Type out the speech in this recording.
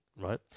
right